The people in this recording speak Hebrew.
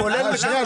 בדיוק.